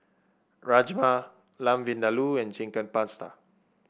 Rajma Lamb Vindaloo and Chicken Pasta